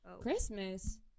Christmas